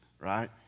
right